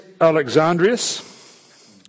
Alexandrius